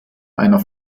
einer